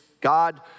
God